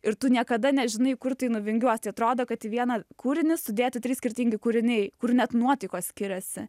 ir tu niekada nežinai kur tai nuvingiuostai atrodo kad į vieną kūrinį sudėti trys skirtingi kūriniai kur net nuotaikos skiriasi